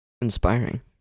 inspiring